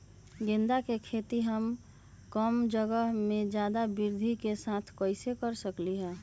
गेंदा के खेती हम कम जगह में ज्यादा वृद्धि के साथ कैसे कर सकली ह?